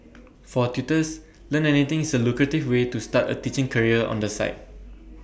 for tutors Learn Anything is A lucrative way to start A teaching career on the side